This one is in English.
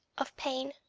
of pain,